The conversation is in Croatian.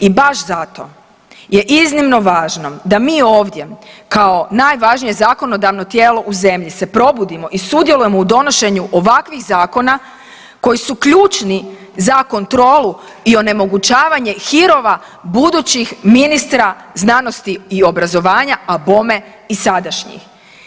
I baš zato je iznimno važno da mi ovdje kao najvažnije zakonodavno tijelo u zemlji se probudimo i sudjelujemo u donošenju ovakvih zakona, koji su ključni za kontrolu i onemogućavanje hirova budućih ministra znanosti i obrazovanja, a bome i sadašnjih.